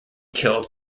killed